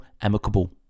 amicable